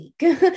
week